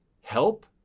help